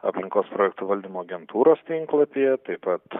aplinkos projektų valdymo agentūros tinklapyje taip pat